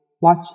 Watch